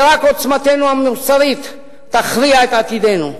שרק עוצמתנו המוסרית תכריע את עתידנו.